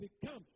become